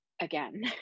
again